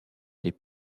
les